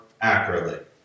accurately